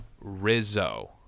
Rizzo